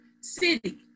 city